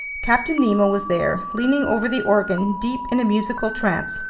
captain nemo was there, leaning over the organ, deep in a musical trance.